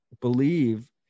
believe